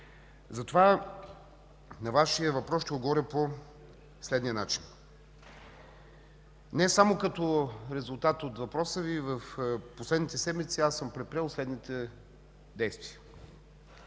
За това на Вашия въпрос ще отговоря по следния начин. Не само като резултат от въпроса Ви в последните седмици аз съм предприел следните действия.